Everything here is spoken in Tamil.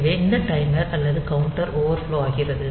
எனவே இந்த டைமர் அல்லது கவுண்டர் ஓவர்ஃப்லோ ஆகிறது